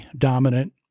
dominant